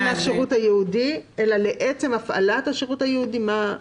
לשירות הייעודי" אלא "לעצם הפעלת השירות הייעודי".